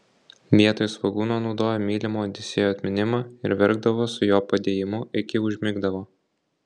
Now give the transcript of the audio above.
vietoj svogūno naudojo mylimo odisėjo atminimą ir verkdavo su jo padėjimu iki užmigdavo